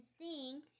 sing